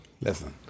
Listen